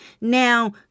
now